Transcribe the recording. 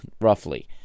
roughly